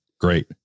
Great